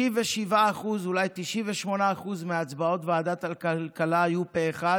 97%, אולי 98%, מהצבעות ועדת הכלכלה היו פה אחד.